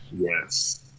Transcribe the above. Yes